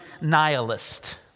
nihilist